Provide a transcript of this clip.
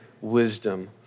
wisdom